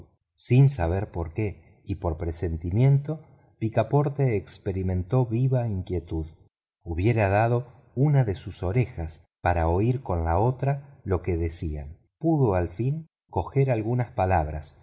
sin saber por qué y por presentimiento picaporte experimentó viva inquietud hubiera dado una de sus orejas por oír con la otra lo que decían pudo al fin recoger algunas palabras